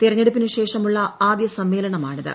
തെരഞ്ഞെടുപ്പിന് ശേഷമുള്ള ആദ്യ സമ്മേളനമാണിത്